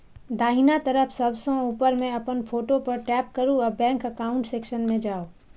दाहिना तरफ सबसं ऊपर मे अपन फोटो पर टैप करू आ बैंक एकाउंट सेक्शन मे जाउ